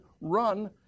run